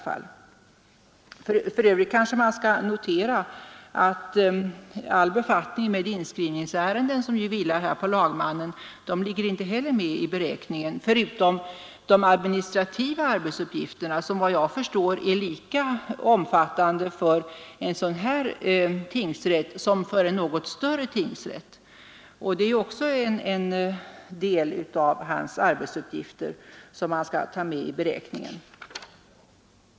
För övrigt kanske man skall notera att all befattning med inskrivningsärenden, som vilar på lagmannen, inte heller har tagits med i beräkningen, förutom de administrativa arbetsuppgifterna som vad jag förstår är lika omfattande för en sådan här tingsrätt som för en något större. Det är också en del av hans arbetsuppgifter som man skall ta med i beräkningen.